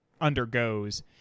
undergoes